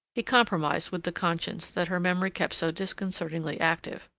he compromised with the conscience that her memory kept so disconcertingly active.